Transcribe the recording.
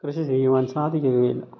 കൃഷി ചെയ്യുവാൻ സാധിക്കുകയില്ല